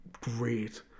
great